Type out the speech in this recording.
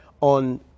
on